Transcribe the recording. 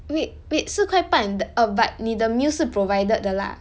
wait wait 四块半 the err but 你的 meal 是 provided 的 lah